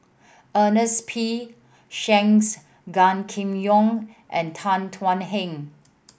Ernest P Shanks Gan Kim Yong and Tan Thuan Heng